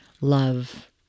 love